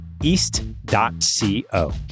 East.co